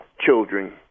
children